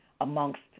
amongst